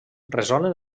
resolen